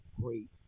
great